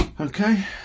Okay